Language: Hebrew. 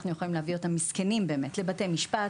אנחנו יכולים להביא אותם לבתי משפט,